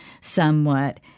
somewhat